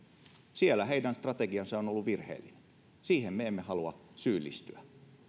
siellä heidän strategiansa on on ollut virheellinen siihen me emme halua syyllistyä